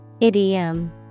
Idiom